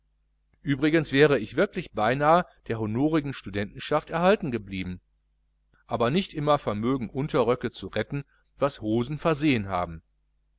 übrigens wäre ich wirklich beinahe der honorigen studentenschaft erhalten blieben aber nicht immer vermögen die unterröcke zu retten was die hosen versehen haben